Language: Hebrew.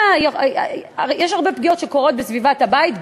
יש הרבה פגיעות שקורות בסביבת הבית,